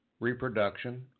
reproduction